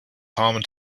common